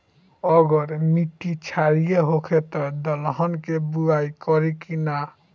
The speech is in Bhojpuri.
अगर मिट्टी क्षारीय होखे त दलहन के बुआई करी की न?